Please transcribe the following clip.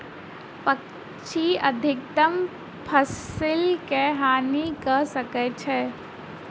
पक्षी अधिकतम फसिल के हानि कय सकै छै